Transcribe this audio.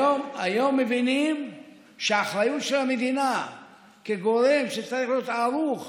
היום מבינים שהאחריות של המדינה כגורם שצריך להיות ערוך,